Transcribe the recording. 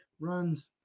runs